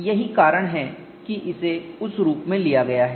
यही कारण है कि इसे उस रूप में लिया गया है